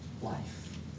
life